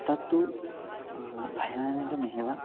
तत्तु भयानकमेव